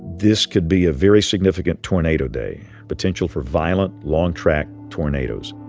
this could be a very significant tornado day potential for violent, long-track tornadoes.